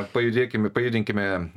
pajudėkim ir pajudinkime